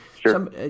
Sure